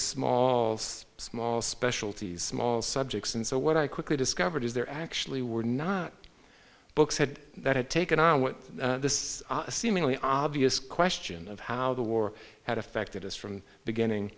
smalls small specialties small subjects and so what i quickly discovered is there actually were not books had that had taken on this seemingly obvious question of how the war had affected us from beginning